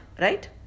right